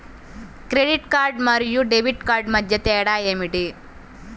Credit card మరియు debit card మధ్య తేడా ఏమిటి?